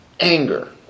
Anger